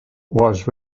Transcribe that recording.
was